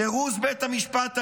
סירוס בית המשפט העליון,